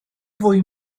fwy